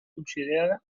considerada